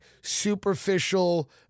superficial